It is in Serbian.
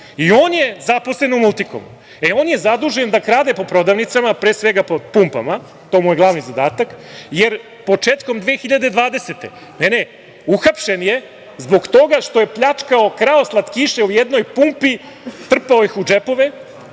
i on je zaposlen u „Multikomu“. On je zadužen da krade po prodavnicama, pre svega po pumpama, to mu je glavni zadatak, jer početkom 2020. godine je uhapšen zbog toga što je pljačkao, krao slatkiše u jednoj pumpi, trpao ih u džepove,